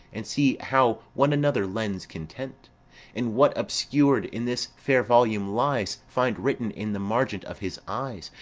and see how one another lends content and what obscur'd in this fair volume lies find written in the margent of his eyes,